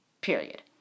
Period